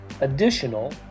additional